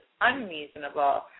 unreasonable